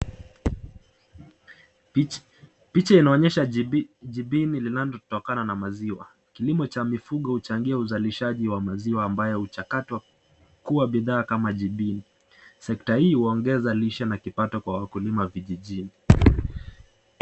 Picha inaonyesha jibini linatotokana na maziwa. Kilimo cha mifugo huchangia uzalishaji wa maziwa ambayo huchakatwa kuwa bidhaa kama jibini. Sekta hii huongeza lishe na kipato kwa wakulima vijijini.